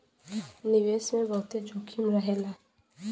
निवेश मे बहुते जोखिम रहेला